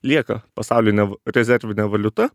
lieka pasauline v rezervine valiuta